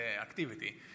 activity